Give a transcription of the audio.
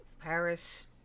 Paris